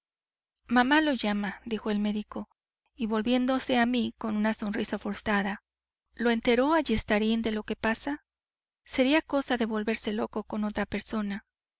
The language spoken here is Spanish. mamá lo llama dijo al médico y volviéndose a mí con una sonrisa forzada lo enteró ayestarain de lo que pasa sería cosa de volverse loco con otra persona